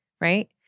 right